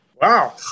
Wow